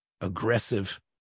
aggressive